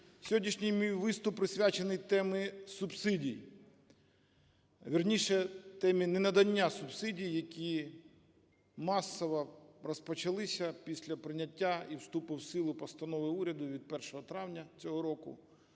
Сьогоднішній мій виступ присвячений темі субсидій, вірніше, темі ненадання субсидій, які масово розпочалися після прийняття і вступу в силу постанови уряду від 1 травня цього року,